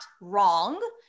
wrong